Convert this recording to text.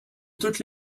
toutes